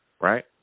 right